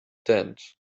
tent